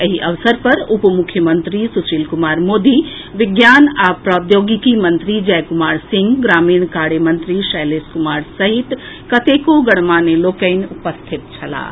एहि अवसर पर उप मुख्यमंत्री सुशील कुमार मोदी विज्ञान आ प्रौद्योगिकी मंत्री जय कुमार सिंह ग्रामीण कार्य मंत्री शैलेश कुमार सहित कतेको गणमान्य लोकनि उपस्थित छलाह